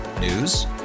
News